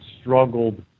struggled